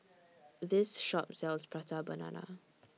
This Shop sells Prata Banana